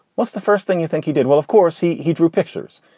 what's the first thing you think he did? well, of course, he he drew pictures.